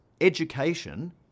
education